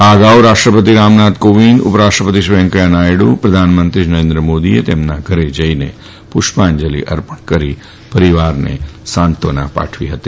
આ અગાઉ રાષ્ટ્રપતિશ્રી રામનાથ કોવિન્દ ઉપરાષ્ટ્રપતિશ્રી વેંકૈથાહ નાથડુ પ્રધાનમંત્રીશ્રી નરેન્દ્ર મોદીએ તેમના ઘરે જઇને પુષ્પાજેલિ અર્પણ કરી હતી તથા પરિવારને સાંત્વના પાઠવી હતી